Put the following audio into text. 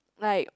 like